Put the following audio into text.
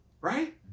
Right